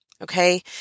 Okay